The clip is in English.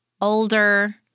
older